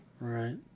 right